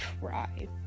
try